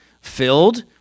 filled